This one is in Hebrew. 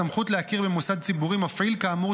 הסמכות להכיר במוסד ציבורי מפעיל כאמור